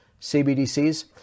CBDCs